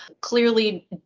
clearly